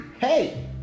hey